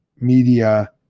Media